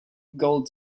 gold